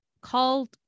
called